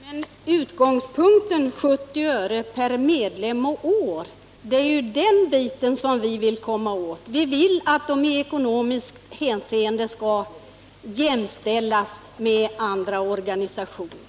Herr talman! Men det gäller utgångspunkten 70 öre per medlem och år —-det är den biten vi vill komma åt. Vi vill att pensionärsorganisationerna i ekonomiskt hänseende skall jämställas med andra organisationer.